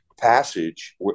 passage